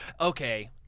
Okay